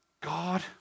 God